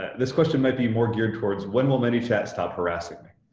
this question may be more geared towards when will manychat stop harassing them?